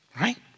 right